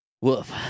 Woof